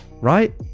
right